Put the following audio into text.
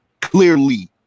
Clearly